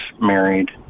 married